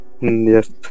Yes